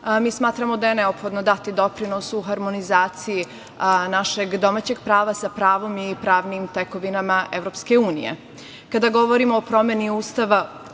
mi smatramo da je neophodno dati doprinos u harmonizaciji našeg domaćeg prava sa pravom i pravnim tekovinama EU.Kada govorimo o promeni Ustava